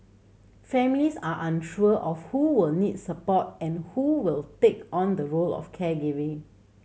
families are unsure of who will need support and who will take on the role of caregiver